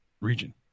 region